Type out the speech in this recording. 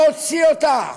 להוציא אותה,